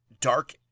dark